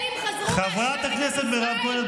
חברת הכנסת מירב כהן,